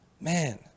Man